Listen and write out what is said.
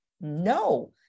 no